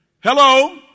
Hello